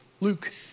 Luke